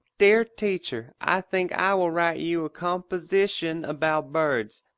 dear teacher i think i will write you a composition about birds.